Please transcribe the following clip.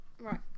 Right